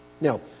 Now